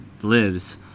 lives